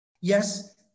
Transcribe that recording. Yes